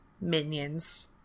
Minions